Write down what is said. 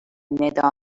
ندا